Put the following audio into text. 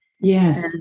Yes